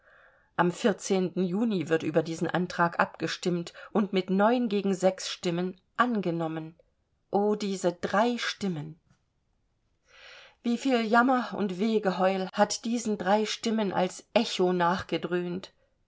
am juni wird über diesen antrag abgestimmt und mit neun gegen sechs stimmen angenommen o diese drei stimmen wie viel jammer und wehgeheul hat diesen drei stimmen als echo nachgedröhnt